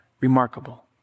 remarkable